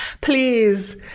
Please